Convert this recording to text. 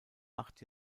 acht